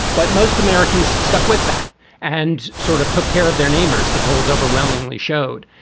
but most americans stuck with that and sort of took care of their neighbors. the polls overwhelmingly showed.